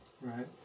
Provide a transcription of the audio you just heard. right